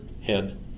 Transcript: head